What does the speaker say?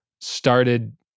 started